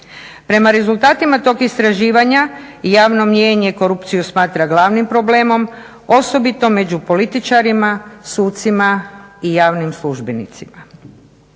Prema rezultatima tog istraživanja javno mnijenje korupciju smatra glavnim problemom osobito među političarima, sucima i javnim službenicima.